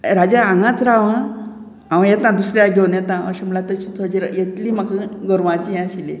राजा हांगाच राव हां हांव येता दुसऱ्या घेवन येता अशें म्हळ्यार तशी थंयचेर येतली म्हाका गोरवांची हें आशिल्ली